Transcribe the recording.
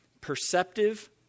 perceptive